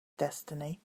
destiny